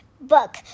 book